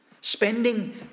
Spending